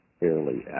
fairly